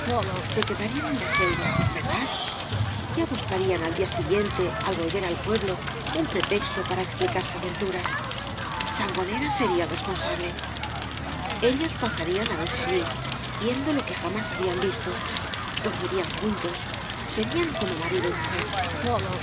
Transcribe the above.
se quedarían en la selva verdad ya buscarían al día siguiente al volver al pueblo un pretexto para explicar su aventura sangonera sería el responsable ellos pasarían la noche allí viendo lo que jamás habían visto dormirían juntos serían como marido y mujer